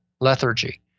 lethargy